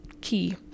key